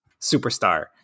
superstar